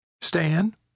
Stan